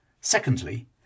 Secondly